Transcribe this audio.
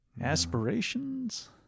Aspirations